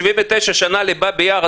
79 שנה לבאבי יאר.